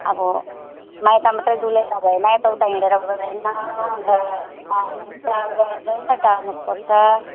अब माइत मात्रै डुलेर भएन यताउता हिँडेर भएन टार्नुपर्छ